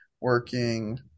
working